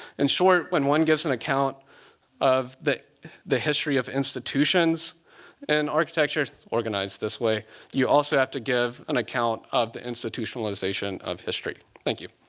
in short, when one gives an account of the the history of institutions and architecture's organized this way you also have to give an account of the institutionalization of history. thank you.